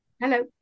hello